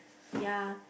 ya